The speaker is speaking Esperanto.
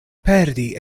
perdi